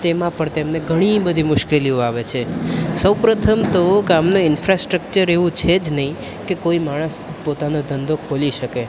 તેમાં પણ તેમને ઘણી બધી મુશ્કેલીઓ આવે છે સૌપ્રથમ તો ગામનું ઇનફ્રાસ્ટ્રક્ચર એવું છે જ નહીં કે કોઇ માણસ પોતાનો ધંધો ખોલી શકે